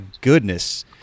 goodness